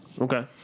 Okay